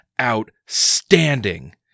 outstanding